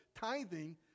tithing